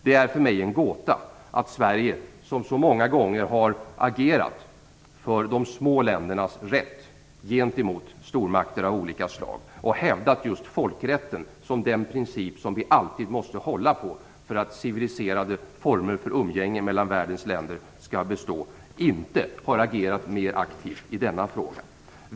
Det är för mig en gåta att Sverige, som så många gånger har agerat för de små ländernas rätt gentemot stormakter av olika slag och hävdat just folkrätten som den princip som vi alltid måste hålla på för att civiliserade former för umgänge mellan världens länder skall bestå, inte har agerat mer aktivt i denna fråga.